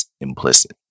implicit